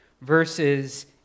Verses